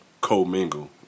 co-mingle